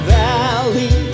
valley